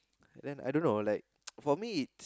then I don't know like for me